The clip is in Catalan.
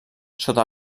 sota